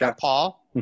paul